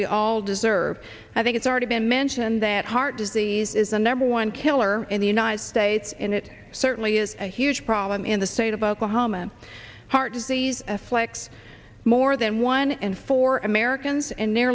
we all deserve i think it's already been mentioned that heart disease is the number one killer in the united states and it certainly is a huge problem in the state of oklahoma heart disease afflicts more than one in four americans and